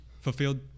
fulfilled